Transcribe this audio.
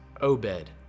Obed